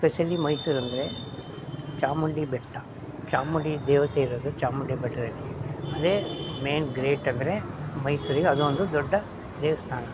especially ಮೈಸೂರೆಂದ್ರೆ ಚಾಮುಂಡಿ ಬೆಟ್ಟ ಚಾಮುಂಡಿ ದೇವತೆ ಇರೋದು ಚಾಮುಂಡಿ ಬೆಟ್ಟದಲ್ಲಿ ಅದೇ ಮೇಯ್ನ್ ಗ್ರೇಟ್ ಅಂದರೆ ಮೈಸೂರಿಗೆ ಅದೊಂದು ದೊಡ್ಡ ದೇವಸ್ಥಾನ